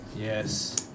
Yes